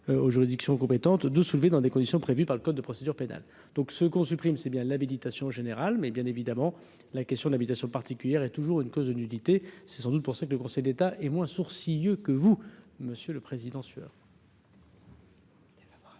aux juridictions compétentes de soulever dans des conditions prévues par le code de procédure pénale, donc ce qu'on supprime, c'est bien l'habilitation générale mais bien évidemment la question d'invitation particulière et toujours une cause de nudité, c'est sans doute pour cela que le Conseil d'État et moins sourcilleux que vous, monsieur le Président sur.